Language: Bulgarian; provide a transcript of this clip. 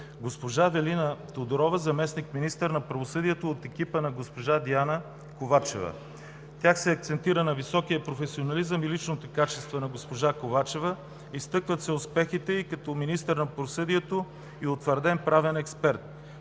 госпожа Велина Тодорова – заместник-министър на правосъдието, от екипа на госпожа Диана Ковачева. В тях се акцентира на високия професионализъм и личните качества на госпожа Ковачева, изтъкват се успехите й като министър на правосъдието и утвърден правен експерт